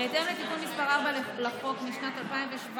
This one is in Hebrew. בהתאם לתיקון מס' 4 לחוק משנת 2017,